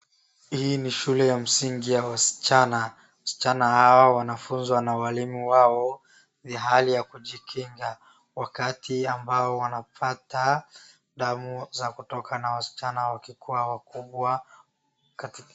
Hii ni shule ya msingi ya wasichana, wasichana hawa wanafunzwa na walimu wao ya hali ya kujikinga wakati ambao wanapata damu za kutoka na wasichana wakikua wakubwa katika.